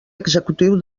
executiu